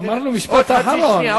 אמרנו משפט אחרון.